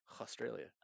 Australia